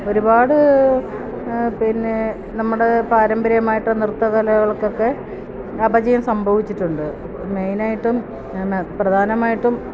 ഒരുപാട് പിന്നെ നമ്മുടെ പാരമ്പര്യമായിട്ടുള്ള നൃത്തകലകൾക്കൊക്കെ അപചയം സംഭവിച്ചിട്ടുണ്ട് മെയിനായിട്ടും പ്രധാനമായിട്ടും